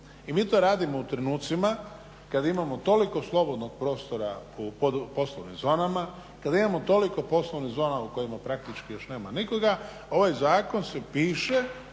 I mi to radimo u trenucima kad imamo toliko slobodnog prostora u poslovnim zonama, kada imamo toliko poslovnih zona u kojima praktički još nema nikoga, ovaj zakon se piše